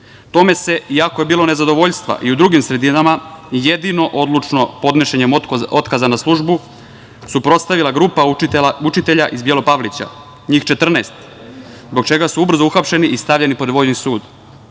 Tome se, iako je bilo nezadovoljstva i u drugim sredinama, jedino odlučno podnošenjem otkaza na službu suprotstavila grupa učitelja iz Bijelopavlića, njih 14, zbog čega su ubrzo uhapšeni i stavljeni pod vojni sud.